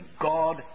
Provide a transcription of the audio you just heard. God